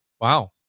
Wow